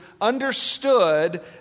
understood